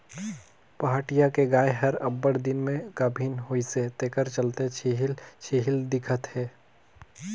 पहाटिया के गाय हर अब्बड़ दिन में गाभिन होइसे तेखर चलते छिहिल छिहिल दिखत हे